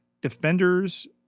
Defenders